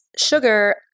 sugar